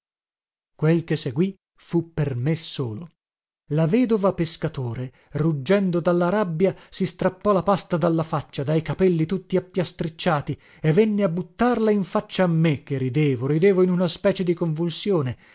quel che seguì fu per me solo la vedova pescatore ruggendo dalla rabbia si strappò la pasta dalla faccia dai capelli tutti appiastricciati e venne a buttarla in faccia a me che ridevo ridevo in una specie di convulsione